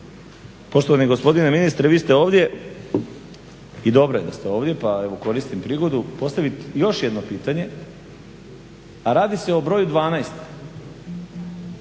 poštovani gospodine ministre vi ste ovdje i dobro je da ste ovdje pa evo koristim prigodu postaviti još jedno pitanje, a radi se o broju 12.